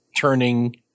turning